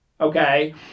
Okay